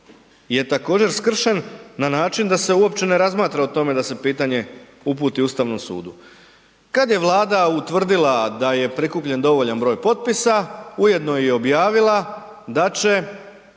je također skršen na način da se uopće ne razmatra o tome da se pitanje uputi Ustavnom sudu. Kad je Vlada utvrdila da je prikupljen dovoljan broj potpisa, ujedno je i objavila da će